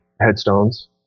headstones